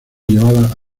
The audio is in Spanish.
llevada